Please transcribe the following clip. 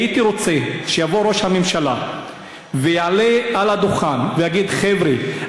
הייתי רוצה שיבוא ראש הממשלה ויעלה על הדוכן ויגיד: חבר'ה,